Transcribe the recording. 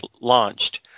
launched